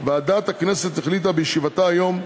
ועדת הכנסת החליטה בישיבתה היום,